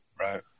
Right